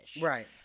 Right